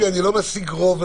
אני לא משיג רוב.